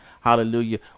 hallelujah